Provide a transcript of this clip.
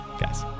guys